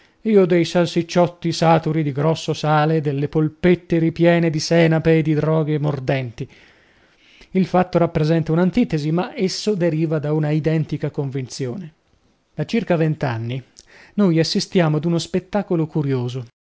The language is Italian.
io dei salsicciotti saturi di grosso sale delle polpette ripiene di senape e di droghe mordenti il fatto rappresenta una antitesi ma esso deriva da una identica convinzione da circa vent'anni noi assistiamo ad uno spettacolo curioso